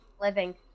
living